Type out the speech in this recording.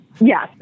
Yes